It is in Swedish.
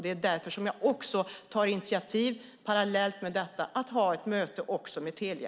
Det är därför som jag också tar initiativ, parallellt med detta, till att ha ett möte också med Telia.